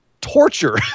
torture